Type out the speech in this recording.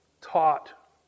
taught